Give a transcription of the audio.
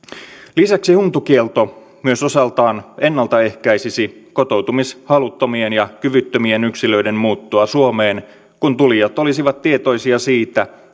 lisäksi huntukielto myös osaltaan ennaltaehkäisisi kotoutumishaluttomien ja kyvyttömien yksilöiden muuttoa suomeen kun tulijat olisivat tietoisia siitä